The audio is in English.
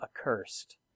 accursed